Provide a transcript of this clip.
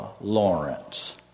Lawrence